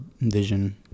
vision